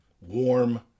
warm